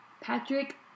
Patrick